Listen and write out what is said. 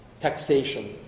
taxation